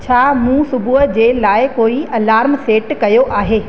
छा मूं सुबूह जे लाइ कोई अलार्म सेट कयो आहे